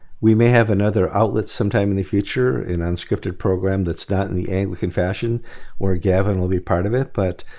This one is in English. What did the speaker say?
we may have another outlet sometime in the future. an unscripted program that's not in the anglican fashion where gavin will be part of it, but